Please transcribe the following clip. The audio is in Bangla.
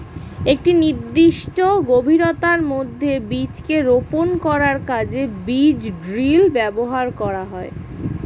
একটি নির্দিষ্ট গভীরতার মধ্যে বীজকে রোপন করার কাজে বীজ ড্রিল ব্যবহার করা হয়